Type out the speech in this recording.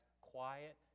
quiet